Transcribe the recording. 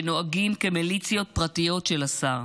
ונוהגים כמיליציות פרטיות של השר,